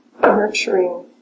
nurturing